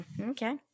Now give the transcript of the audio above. okay